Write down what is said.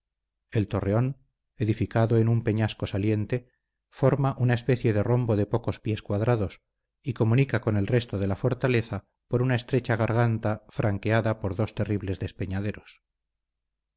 el torreón edificado en un peñasco saliente forma una especie de rombo de pocos pies cuadrados y comunica con el resto de la fortaleza por una estrecha garganta franqueada por dos terribles despeñaderos